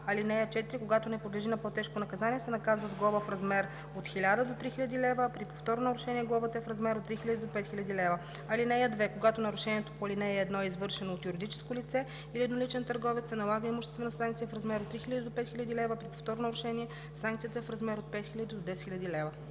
лице, което наруши разпоредбата на чл. 29, се наказва с глоба в размер от 1000 до 3000 лв., а при повторно нарушение глобата е в размер от 3000 до 5000 лв. (2) Когато нарушението по ал. 1 е извършено от юридическо лице или от едноличен търговец, се налага имуществена санкция в размер от 3000 до 5000 лв., а при повторно нарушение санкцията е в размер от 5000 до 10 000 лв.“